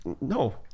No